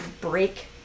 break